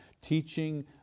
teaching